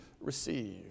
receive